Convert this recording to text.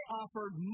offered